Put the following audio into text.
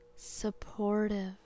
supportive